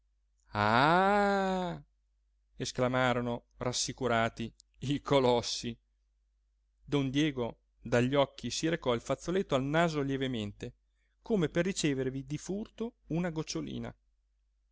ah esclamarono rassicurati i colossi don diego dagli occhi si recò il fazzoletto al naso lievemente come per ricevervi di furto una gocciolina